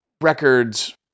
records